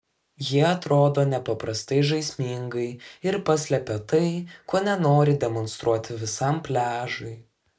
jie atrodo nepaprastai žaismingai ir paslepia tai ko nenori demonstruoti visam pliažui